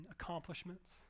accomplishments